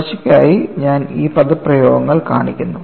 തുടർച്ചയ്ക്കായി ഞാൻ ഈ പദപ്രയോഗങ്ങൾ കാണിക്കുന്നു